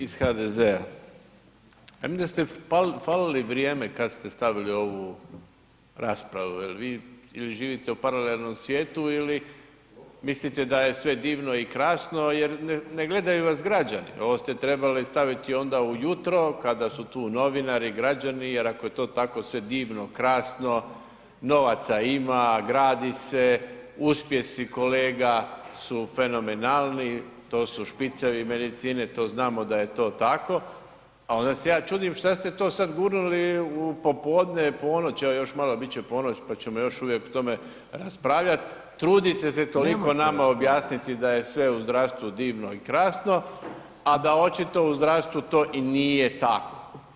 Kolege iz HDZ-a, pa ja mislim da ste falili vrijeme kad ste stavili ovu raspravu jer vi ili živite u paralelnom svijetu ili mislite da je sve divno i krasno jer ne gledaju vas građani, ovo ste trebali staviti onda ujutro kada su tu novinari, građani jer ako je to tako sve divno, krasno, novaca ima, gradi se, uspjesi kolega su fenomenalni, to su špicevi medicine, to znamo da je to tako, a onda se ja čudim šta ste to sad gurnuli u popodne, ponoć, evo još malo bit će ponoć, pa ćemo još uvijek o tome raspravljat, trudite se toliko nama objasniti da je sve u zdravstvu divno i krasno, a da očito u zdravstvu to i nije tako.